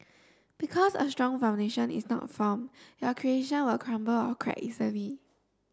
because a strong foundation is not form your creation will crumble or crack easily